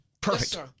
perfect